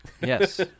Yes